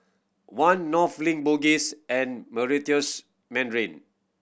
One North Link Bugis and Meritus Mandarin